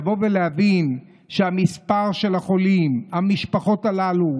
לבוא ולהבין שהמספר של החולים המשפחות הללו,